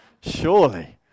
Surely